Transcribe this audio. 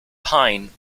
pine